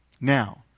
Now